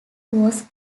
was